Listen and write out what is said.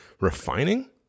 refining